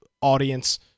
audience